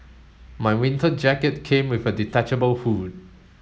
my winter jacket came with a detachable hood